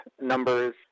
numbers